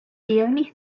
only